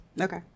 Okay